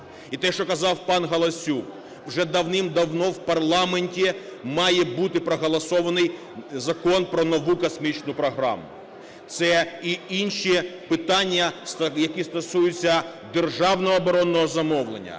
І те, що казав пан Галасюк, уже давним-давно в парламенті має бути проголосований закон про нову космічну програму. Це і інші питання, які стосуються державного оборонного замовлення,